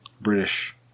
British